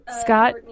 Scott